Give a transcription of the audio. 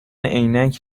عینک